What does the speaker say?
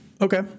Okay